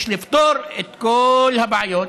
יש לפתור את כל הבעיות